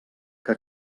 que